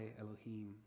Elohim